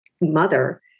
mother